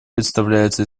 представляется